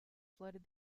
flooded